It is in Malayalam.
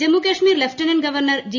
Jammu Kashmir lieutenant governor G